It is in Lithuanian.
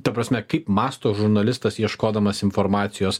ta prasme kaip mąsto žurnalistas ieškodamas informacijos